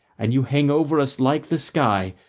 and you hang over us like the sky,